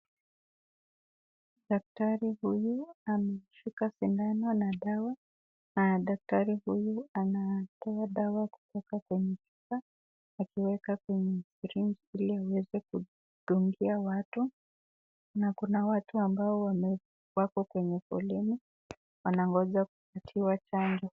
Daktari huyu ameshika sindano na dawa. Daktari huyu anatoa dawa kutoka kwenye chupa akiweka kwenye srinji, ili aweze kudungia watu na kuna watu ambao wako kwenye foleni wanangoja kupatiwa chanjo.